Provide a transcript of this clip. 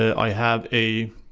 i have a